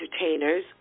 entertainers